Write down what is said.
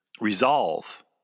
resolve